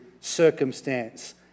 circumstance